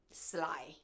Sly